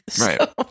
Right